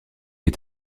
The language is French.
est